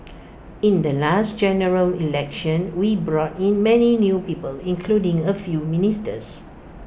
in the last General Election we brought in many new people including A few ministers